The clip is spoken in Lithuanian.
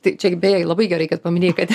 tai čia beje labai gerai kad paminėjai kad